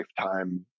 Lifetime